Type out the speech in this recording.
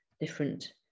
different